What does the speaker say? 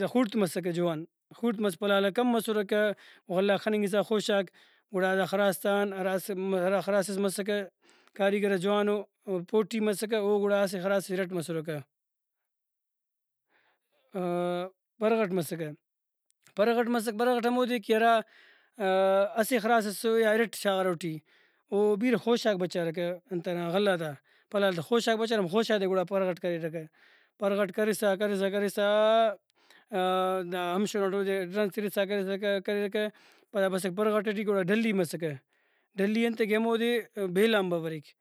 دا خوڑت مسکہ جوہان خوڑت مس پلالاک کم مسرکہ غلہ غاک کننگسا خوشہ غاک گڑا دا خراس تان ہرا اسک ہرا خراس ئس مسکہ کاریگرس جوانو او پوٹی مسکہ او گڑا اسہ خراس اِرٹ مسرکہ۔ پرغٹ مسکہ پرغٹ مسک پرغٹ ہمودے کہ ہرا اسہ خراس ئس یا اِرٹ شاغارہ اوٹی و بیرہ خوشہ غاک بچارکہ انتاک غلہ غاتا پلال تا خوشہ غاک بچارہ ہمو خوشہ غاتے گڑا پرغٹ کریرکہ پرغٹ کرسا کرسا کرسا دا ہم شون اٹ اودے ڈرنک ترسا کرسا کریرکہ پدا بسکہ پرغٹ ٹی گڑا ڈھلی مسکہ ڈھلی انتکہ ہمودے بیل آن با بریک